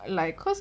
like cause